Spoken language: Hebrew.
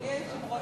אדוני היושב-ראש,